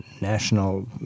national